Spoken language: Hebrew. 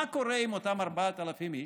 מה קורה עם אותם 4,000 איש?